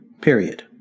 Period